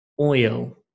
oil